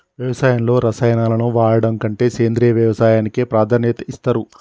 వ్యవసాయంలో రసాయనాలను వాడడం కంటే సేంద్రియ వ్యవసాయానికే ప్రాధాన్యత ఇస్తరు